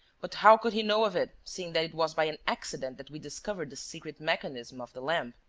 but how could he know of it, seeing that it was by an accident that we discovered the secret mechanism of the lamp?